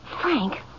Frank